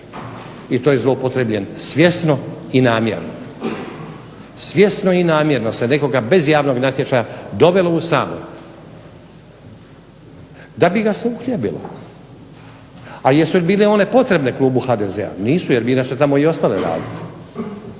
i to je zloupotrebljen svjesno i namjerno. Svjesno i namjerno sa nekoga bez javnog natječaja dovelo u Sabor da bi ga se uhljebilo. A jesu bile one potrebne klubu HDZ-a? nisu, jer bile su tamo i ostale raditi.